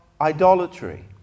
idolatry